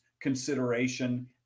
consideration